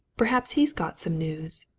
perhaps he's got some news.